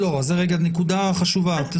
זאת נקודה חשובה.